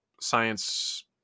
science